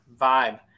vibe